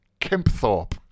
Kempthorpe